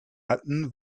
hatten